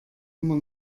immer